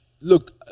look